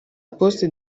poste